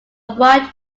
wide